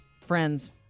Friends